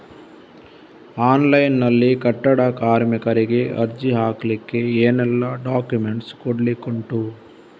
Online ನಲ್ಲಿ ಕಟ್ಟಡ ಕಾರ್ಮಿಕರಿಗೆ ಅರ್ಜಿ ಹಾಕ್ಲಿಕ್ಕೆ ಏನೆಲ್ಲಾ ಡಾಕ್ಯುಮೆಂಟ್ಸ್ ಕೊಡ್ಲಿಕುಂಟು?